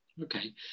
Okay